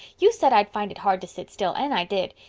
you said i'd find it hard to sit still and i did.